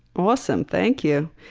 awesome, thank you.